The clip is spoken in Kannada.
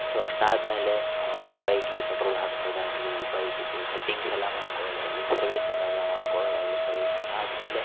ಸೊ ಅಷ್ಟು ಆದ್ಮೇಲೆ ಬೈಕಿಗೆ ಪೆಟ್ರೋಲ್ ಹಾಕ್ಸೋದು ಆಗಲಿ ಬೈಕದು ಸೆಟ್ಟಿಂಗ್ಸ್ ಎಲ್ಲ ಮಾಡ್ಕೊಳೋದು ಆಗಲಿ ಸರ್ವಿಸಿಂಗಲ್ಲ ಮಾಡ್ಕೊಳೋದು ಆಗಲಿ ಸರ್ವಿಸಿಂಗ್ ಆದ್ಮೇಲೆ